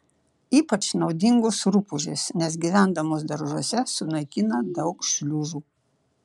ypač naudingos rupūžės nes gyvendamos daržuose sunaikina daug šliužų